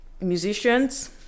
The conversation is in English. musicians